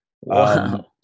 Wow